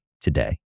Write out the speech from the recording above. today